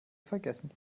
vergessen